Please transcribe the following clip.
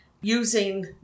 using